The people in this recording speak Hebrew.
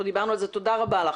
תודה רבה לך.